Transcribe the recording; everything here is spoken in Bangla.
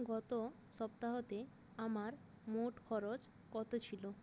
গত সপ্তাহতে আমার মোট খরচ কত ছিল